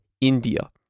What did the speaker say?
India